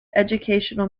educational